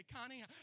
Connie